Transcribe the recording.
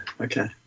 Okay